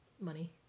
money